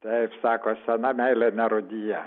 taip sako sena meilė nerūdija